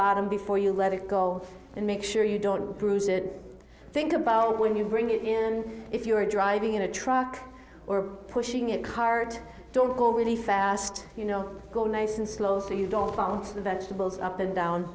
bottom before you let it go and make sure you don't bruise it think about when you bring it in and if you're driving a truck or pushing a cart don't go really fast you know go nice and slow so you don't count the vegetables up and down